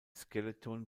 skeleton